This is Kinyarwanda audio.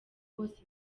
bose